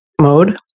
mode